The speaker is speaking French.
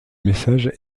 message